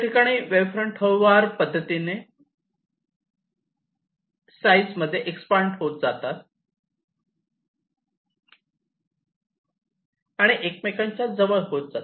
ठिकाणी wave front हळुवार पद्धतीने साईज मध्ये एक्सपांड होत जातात आणि एकमेकांच्या जवळ होत जातात